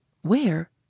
Where